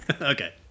Okay